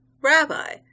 Rabbi